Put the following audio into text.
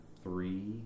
Three